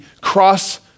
cross